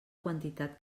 quantitat